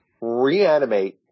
reanimate